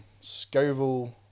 Scoville